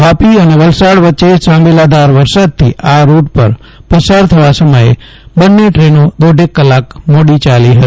વાપી અને વલસાડ વચ્ચે સાંબેલાધાર વરસાદથી આ રૂટ પર પસાર થવા સમયે બન્ને ટ્રેનો દોઢેક કલાક મોડી ચાલી રફી ફતી